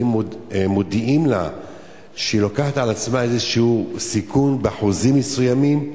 האם מודיעים לה שהיא לוקחת על עצמה סיכון כלשהו באחוזים מסוימים?